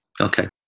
Okay